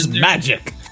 magic